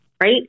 right